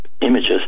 images